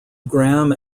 gram